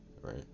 right